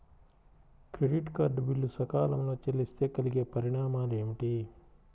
Credit card bill సకాలంలో చెల్లిస్తే కలిగే పరిణామాలేమిటి?